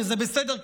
וזה בסדר,